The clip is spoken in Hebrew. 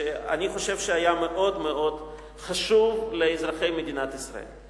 שאני חושב שהיה מאוד מאוד חשוב לאזרחי מדינת ישראל.